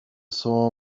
saw